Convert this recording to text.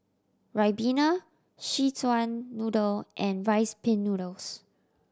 ribena Szechuan Noodle and Rice Pin Noodles